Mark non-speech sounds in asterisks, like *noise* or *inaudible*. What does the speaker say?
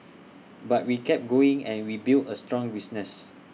*noise* but we kept going and we built A strong business